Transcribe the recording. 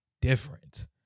different